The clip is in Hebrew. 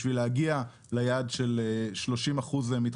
בשביל להגיע ליעד של 30 אחוזים אנרגיות